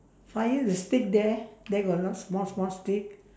fire the stick there there a lot of small small stick